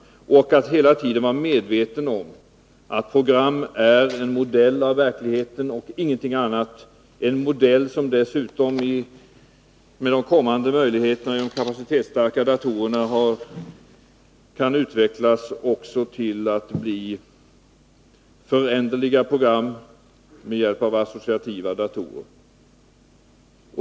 Vidare gäller det att hela tiden vara medveten om att program är en modell av verkligheten och ingenting annat, en modell som dessutom med de kommande möjligheterna i de kapacitetstarka datorerna kan utvecklas också till att omfatta föränderliga program med hjälp av associativa datorer.